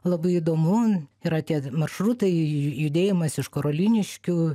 labai įdomu yra tie maršrutai judėjimas iš karoliniškių